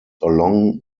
along